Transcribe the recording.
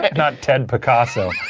but not ted picasso.